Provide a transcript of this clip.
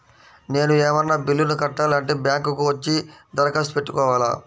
నేను ఏమన్నా బిల్లును కట్టాలి అంటే బ్యాంకు కు వచ్చి దరఖాస్తు పెట్టుకోవాలా?